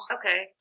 okay